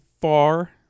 far